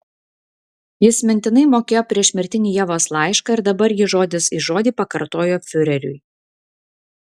jis mintinai mokėjo priešmirtinį ievos laišką ir dabar jį žodis į žodį pakartojo fiureriui